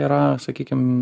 yra sakykim